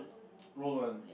roll one